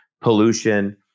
pollution